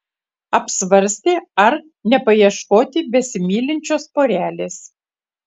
apsvarstė ar nepaieškoti besimylinčios porelės